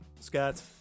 Scott